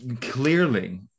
Clearly